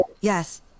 yes